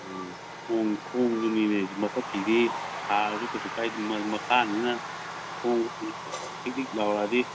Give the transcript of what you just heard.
ꯎꯝ ꯈꯣꯡꯗꯨꯅꯤꯅꯦ ꯃꯊꯛꯀꯤꯗꯤ ꯁꯥꯔꯁꯨ ꯀꯩꯁꯨ ꯀꯥꯏꯗꯦ ꯃꯈꯥꯅꯤꯅ ꯈꯣꯡ ꯆꯤꯛ ꯆꯤꯛ ꯂꯥꯎꯔꯛꯑꯗꯤ